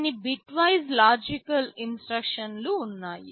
కొన్ని bitwise logical ఇన్స్ట్రక్షన్లు ఉన్నాయి